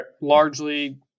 largely